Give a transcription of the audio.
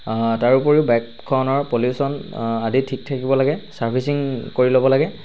তাৰ উপৰিও বাইকখনৰ পলিউশ্যন আদি ঠিক থাকিব লাগে ছাৰ্ভিচিং কৰি ল'ব লাগে